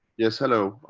yes, hello.